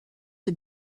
had